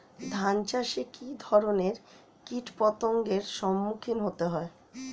ধান চাষে কী ধরনের কীট পতঙ্গের সম্মুখীন হতে হয়?